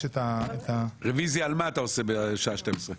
את --- רביזיה על מה אתה עושה בשעה 12:00?